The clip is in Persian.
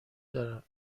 دارد